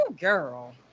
girl